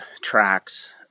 tracks